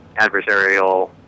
adversarial